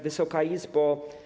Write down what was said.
Wysoka Izbo!